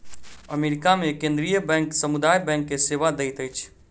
America मे केंद्रीय bank समुदाय बैंक के सेवा दैत अछि